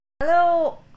Hello